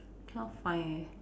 cannot find eh